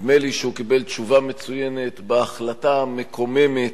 נדמה לי שהוא קיבל תשובה מצוינת בהחלטה המקוממת